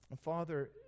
Father